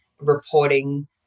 reporting